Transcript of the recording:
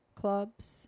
clubs